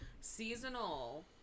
Seasonal